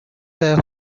have